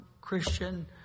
Christian